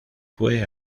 fue